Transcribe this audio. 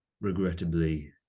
regrettably